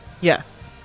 Yes